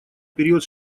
период